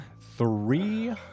three